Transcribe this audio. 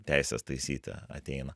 teisės taisyti ateina